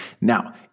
Now